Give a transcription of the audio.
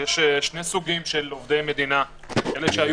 יש שני סוגים של עובדי מדינה: אלה שהיו